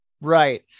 Right